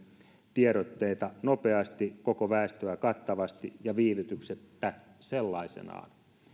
tiedotteita nopeasti koko väestöä kattavasti ja viivytyksettä sellaisenaan